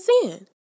sin